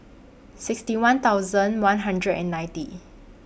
sixty one thousand one hundred and ninety